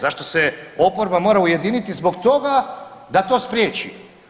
Zašto se oporba mora ujedini zbog toga da to spriječi?